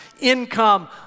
income